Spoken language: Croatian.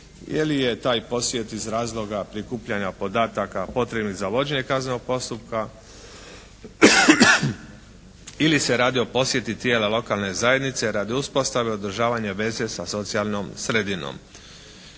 li je taj posjet iz razloga prikupljanja podataka potrebnih za vođenje kaznenog postupka ili se radi o posjeti tijela lokalne zajednice radi uspostave i održavanja veze sa socijalnom sredinom.